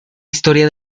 historia